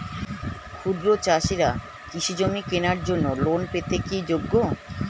ক্ষুদ্র চাষিরা কৃষিজমি কেনার জন্য লোন পেতে কি যোগ্য?